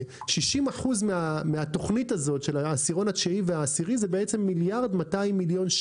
60% מהתוכנית הזאת של העשירון התשיעי והעשירי זה בעצם 1.2 מיליארד שקל.